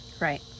right